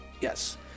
yes